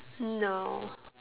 no